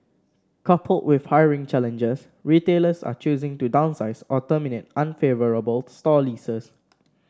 coupled with hiring challenges retailers are choosing to downsize or terminate unfavourable store leases